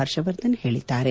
ಹರ್ಷವರ್ಧನ್ ಹೇಳಿದ್ದಾರೆ